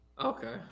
Okay